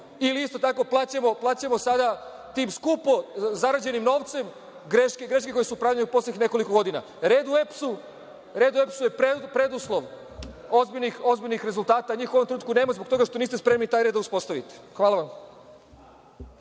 Ili isto tako plaćamo sada tim skupo zarađenim novcem greške koje su pravljene u poslednjih nekoliko godina. Red u EPS-u je preduslov ozbiljnih rezultata, a njih u ovom trenutku nema zbog toga što niste spremni taj red da uspostavite. Hvala vam.